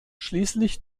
schließlich